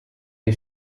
dei